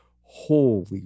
Holy